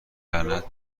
لعنت